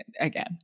again